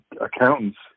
accountants